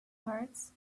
hearts